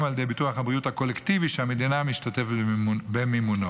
על ידי ביטוח הבריאות הקולקטיבי שהמדינה משתתפת במימונו.